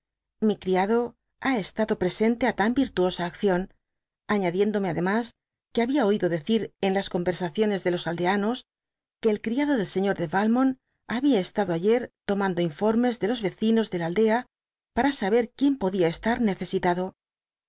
mi criado ha estado presente á tan virtuosa acción añadiéndome ademas que habia oido decir en las conversaciones de los aldeanos que el criado del señor de yalmont habia estado ayer tomando informes de los vecinos de la aldea para saber quien podía estar necesitado